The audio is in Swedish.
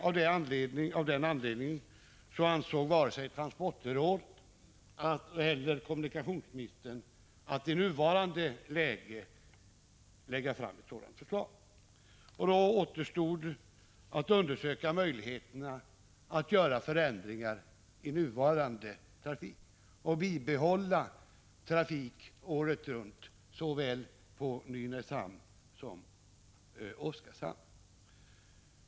Av den anledningen ansåg sig varken transportrådet eller kommunikationsministern i rådande läge kunna lägga fram ett sådant förslag. Då återstod att undersöka möjligheterna att göra förändringar i nuvarande trafik och bibehålla trafik året runt såväl på Nynäshamn som på Oskarshamn.